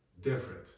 different